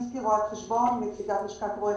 בבקשה.